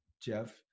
Jeff